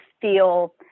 feel